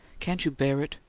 can't you bear it?